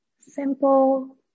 Simple